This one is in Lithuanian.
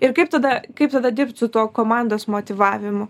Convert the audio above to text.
ir kaip tada kaip tada dirbt su tuo komandos motyvavimu